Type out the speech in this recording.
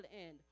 end